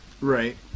Right